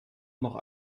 noch